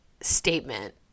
statement